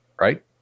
right